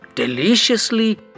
Deliciously